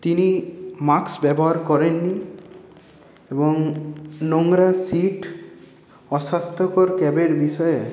তিনি মাস্ক ব্যবহার করেননি এবং নোংরা সিট অস্বাস্থ্যকর ক্যাবের বিষয়ে